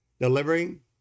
delivering